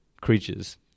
creatures